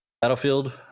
Battlefield